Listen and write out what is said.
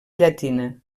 llatina